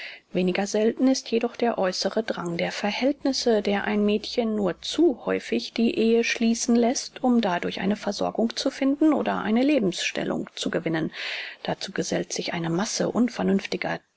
weniger selten ist jedoch der äußere drang der verhältnisse der ein mädchen nur zu häufig die ehe schließen läßt um dadurch eine versorgung zu finden oder eine lebensstellung zu gewinnen dazu gesellt sich eine masse unvernünftiger